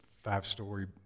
five-story